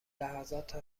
لحظات